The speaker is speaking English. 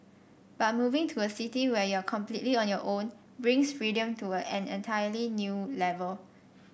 but moving to a city where you're completely on your own brings freedom to an entirely new level